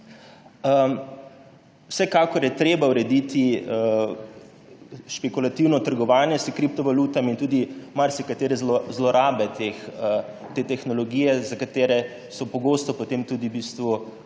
Vsekakor je treba urediti špekulativno trgovanje s kriptovalutami in tudi marsikatere zlorabe te tehnologije, zaradi katerih so pogosto potem tudi